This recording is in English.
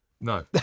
No